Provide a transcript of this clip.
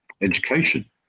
education